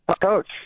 Coach